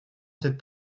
cette